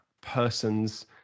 person's